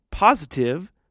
Positive